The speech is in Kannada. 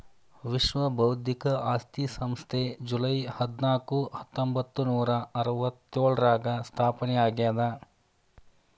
ವಿಶ್ವ ಬೌದ್ಧಿಕ ಆಸ್ತಿ ಸಂಸ್ಥೆ ಜೂಲೈ ಹದ್ನಾಕು ಹತ್ತೊಂಬತ್ತನೂರಾ ಅರವತ್ತ್ಯೋಳರಾಗ ಸ್ಥಾಪನೆ ಆಗ್ಯಾದ